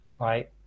right